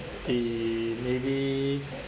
okay maybe